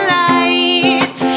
light